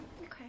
okay